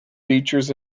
features